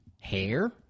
hair